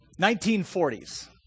1940s